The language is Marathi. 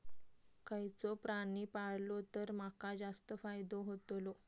खयचो प्राणी पाळलो तर माका जास्त फायदो होतोलो?